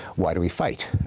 why do we fight?